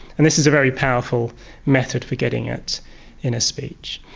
and this is a very powerful method for getting at inner speech.